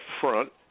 front